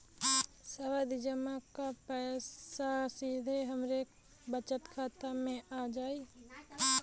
सावधि जमा क पैसा सीधे हमरे बचत खाता मे आ जाई?